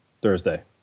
Thursday